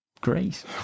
great